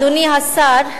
אדוני השר,